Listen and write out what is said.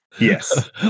Yes